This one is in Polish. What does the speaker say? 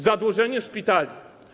Zadłużenie szpitali.